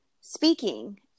speaking